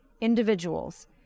individuals